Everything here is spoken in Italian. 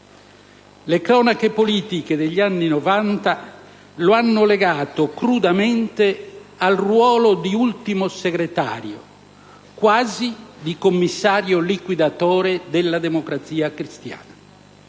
Le cronache politiche degli anni Novanta lo hanno legato crudamente al ruolo di ultimo segretario, quasi di commissario liquidatore, della Democrazia Cristiana.